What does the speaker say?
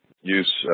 use